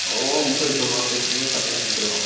ꯑꯣ ꯃꯈꯣꯏ ꯒꯋꯥ ꯐꯦꯁꯇꯤꯕꯦꯜ ꯇꯧꯋꯦ ꯍꯥꯏꯕꯗꯨꯔꯣ